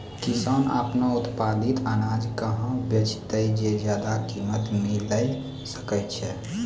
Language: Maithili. किसान आपनो उत्पादित अनाज कहाँ बेचतै जे ज्यादा कीमत मिलैल सकै छै?